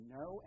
no